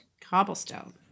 cobblestone